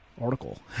article